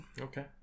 Okay